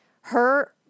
Her-